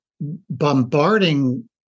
bombarding